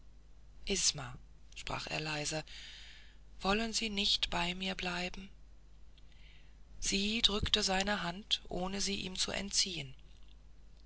sprach er leise wollen sie nicht bei mir bleiben sie drückte seine hand ohne sie ihm zu entziehen